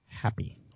happy